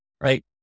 right